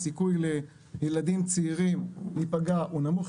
הסיכוי לילדים צעירים להיפגע הוא נמוך